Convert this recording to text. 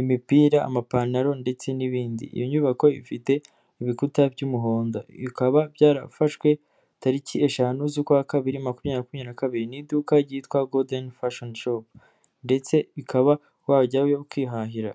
imipira amapantaro ndetse n'ibindi, iyo nyubako ifite ibikuta by'umuhondo, bikaba byarafashwe tariki eshanu z'Ukwabiri makumyabiri makumyabiri na kabiri, ni iduka ryitwa Godden Fashion Sop ndetse ukaba wajyayo ukihahira.